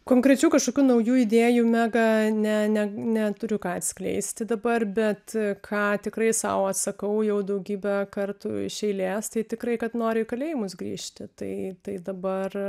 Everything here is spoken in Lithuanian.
konkrečių kažkokių naujų idėjų mega ne ne neturiu ką atskleisti dabar bet ką tikrai sau atsakau jau daugybę kartų iš eilės tai tikrai kad noriu į kalėjimus grįžti tai tai dabar